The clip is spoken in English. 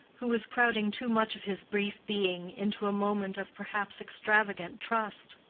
who was crowding too much of his brief being into a moment of perhaps extravagant trust.